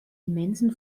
immensen